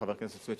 חבר הכנסת סוייד,